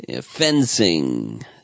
fencing